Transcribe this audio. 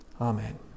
Amen